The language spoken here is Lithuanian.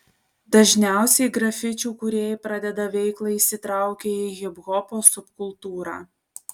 dažniausiai grafičių kūrėjai pradeda veiklą įsitraukę į hiphopo subkultūrą